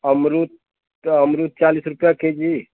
अमरूद तो अमरूद चालीस रुपया केजी